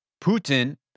Putin